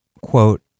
quote